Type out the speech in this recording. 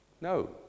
No